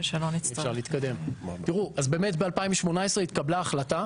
ב-2018 התקבלה החלטה